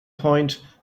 point